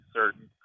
certain